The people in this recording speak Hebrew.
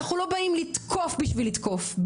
אנחנו לא באים לתקוף בשביל לתקוף אגב,